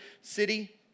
city